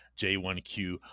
J1Q